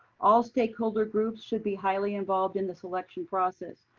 all stakeholder groups should be highly involved in the selection process.